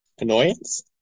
Annoyance